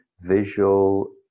visual